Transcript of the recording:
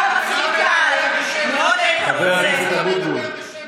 חבר הכנסת אבוטבול,